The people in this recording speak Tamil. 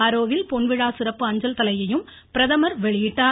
அரோவில் பொன்விழா சிறப்பு அஞ்சல் தலையையும் பிரதமர் வெளியிட்டார்